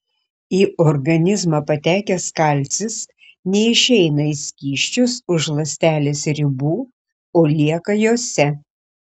į organizmą patekęs kalcis neišeina į skysčius už ląstelės ribų o lieka jose